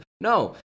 No